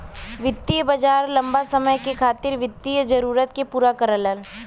वित्तीय बाजार लम्बा समय के खातिर वित्तीय जरूरत के पूरा करला